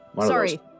Sorry